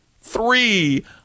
three